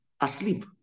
asleep